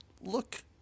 look